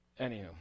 Anywho